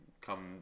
come